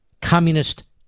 Communist